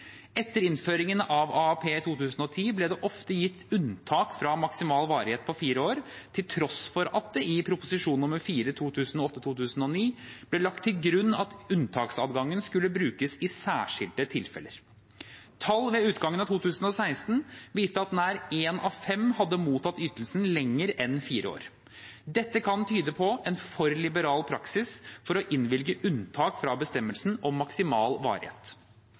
Etter innføringen av AAP i 2010 ble det ofte gitt unntak fra maksimal varighet på fire år, til tross for at det i Ot.prp. nr. 4 for 2008–2009 ble lagt til grunn at unntaksadgangen kun skulle brukes i særskilte tilfeller. Tall ved utgangen av 2016 viste at nær en av fem hadde mottatt ytelsen lenger enn fire år. Dette kan tyde på en for liberal praksis for å innvilge unntak fra bestemmelsen om maksimal varighet.